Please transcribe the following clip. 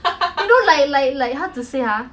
you know like like like how to say ah